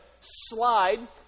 slide